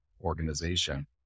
organization